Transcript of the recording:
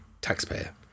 taxpayer